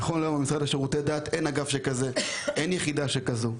נכון להיום במשרד לשירותי דת אין אגף או יחידה כאלה.